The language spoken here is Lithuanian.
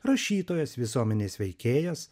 rašytojas visuomenės veikėjas